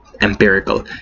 empirical